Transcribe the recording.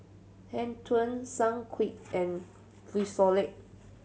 Hang Ten Sunquick and Frisolac